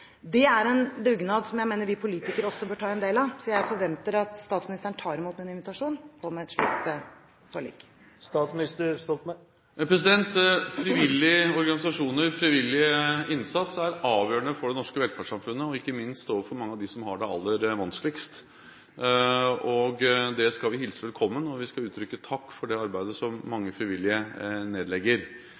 dugnad som jeg mener vi politikere også bør ta en del av, så jeg forventer at statsministeren tar imot en invitasjon om et slikt forlik. Frivillige organisasjoner og frivillig innsats er avgjørende for det norske velferdssamfunnet, og ikke minst for mange av dem som har det aller vanskeligst. Det skal vi hilse velkommen, og vi skal uttrykke takk for det arbeidet som mange frivillige nedlegger.